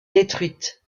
détruite